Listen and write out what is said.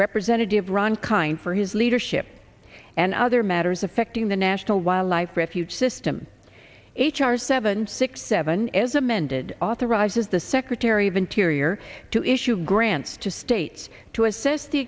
representative ron kind for his leadership and other matters affecting the national wildlife refuge system h r seven six seven as amended authorizes the secretary of interior to issue grants to states to assess the